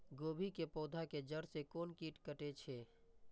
गोभी के पोधा के जड़ से कोन कीट कटे छे?